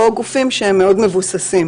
או גופים שמאוד מבוססים,